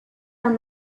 are